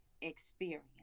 experience